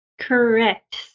Correct